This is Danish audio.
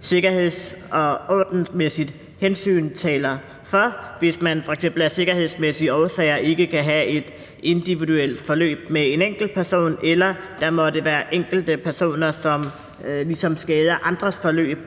sikkerheds- og ordensmæssige hensyn ikke taler for det – hvis man f.eks. af sikkerhedsmæssige årsager ikke kan have et individuelt forløb med en enkelt person, eller hvis der måtte være enkelte personer, som ligesom skader andres forløb